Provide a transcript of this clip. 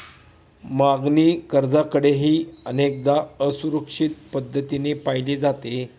मागणी कर्जाकडेही अनेकदा असुरक्षित पद्धतीने पाहिले जाते